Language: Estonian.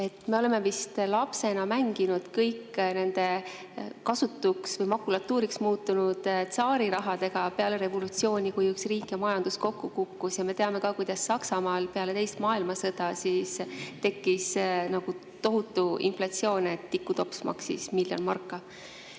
oleme vist lapsena mänginud nende kasutuks või makulatuuriks muutunud tsaarirahadega[, mis kadusid käibelt] peale revolutsiooni, kui üks riik ja majandus kokku kukkusid. Ja me teame ka, kuidas Saksamaal peale teist maailmasõda tekkis tohutu inflatsioon, nii et tikutops maksis miljon marka.